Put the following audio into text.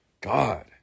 God